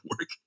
work